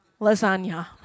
Lasagna